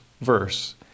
verse